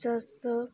ଚାଷ